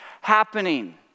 happening